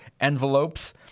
envelopes